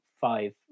five